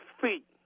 feet